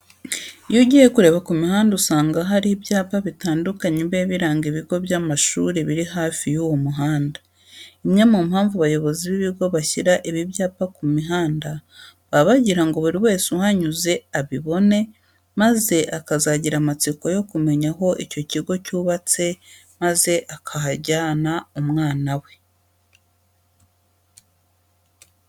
Iyo ugiye ureba ku mihanda usanga haba hari ibyapa bitandukanye biba biranga ibigo by'amashuri biri hafi y'uwo muhanda. Imwe mu mpamvu abayobozi b'ibigo bashyira ibi byapa ku mihanda, baba bagira ngo buri wese uhanyuze abibona maze akazagira amatsiko yo kumenya aho icyo kigo cyubatse maze akahajyana umwana we.